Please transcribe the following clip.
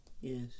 Yes